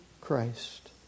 Christ